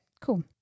cool